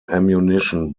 ammunition